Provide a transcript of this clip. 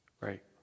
Right